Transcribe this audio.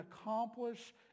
accomplish